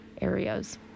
areas